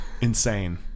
insane